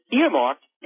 earmarked